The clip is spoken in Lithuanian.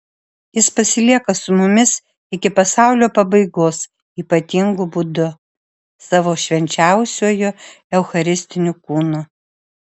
jis pasilieka su mumis iki pasaulio pabaigos ypatingu būdu savo švenčiausiuoju eucharistiniu kūnu